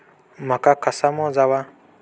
मका कसा मोजावा?